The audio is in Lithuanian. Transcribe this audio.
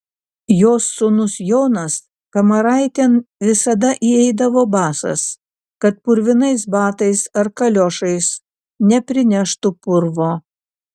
jos sūnus jonas kamaraitėn visada įeidavo basas kad purvinais batais ar kaliošais neprineštų purvo